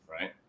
right